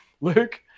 Luke